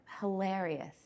hilarious